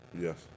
Yes